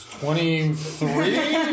Twenty-three